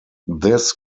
this